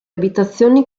abitazioni